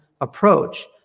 approach